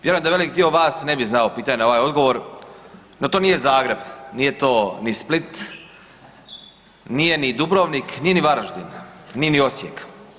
Vjerujem da velik dio vas ne bi znao pitanje na ovaj odgovor no to nije Zagreb, nije to ni Split, nije ni Dubrovnik, nije ni Varaždin, nije ni Osijek.